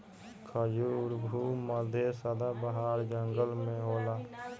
खजूर भू मध्य सदाबाहर जंगल में होला